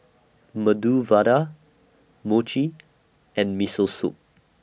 Medu Vada Mochi and Miso Soup